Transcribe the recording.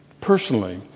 personally